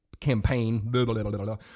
campaign